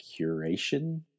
curation